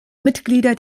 mitglieder